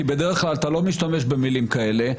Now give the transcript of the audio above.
כי בדרך כלל אתה לא משתמש במילים כאלה.